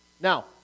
Now